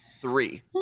three